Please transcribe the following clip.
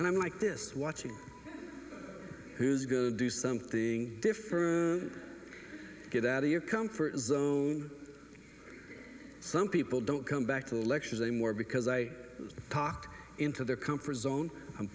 and i'm like this watching who's good do something different get out of your comfort zone some people don't come back to lectures they more because i talked into their comfort zone